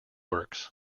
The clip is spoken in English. works